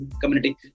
community